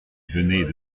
venaient